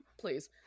please